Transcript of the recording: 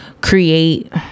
create